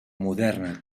moderna